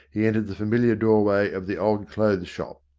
he entered the familiar door way of the old clothes shop.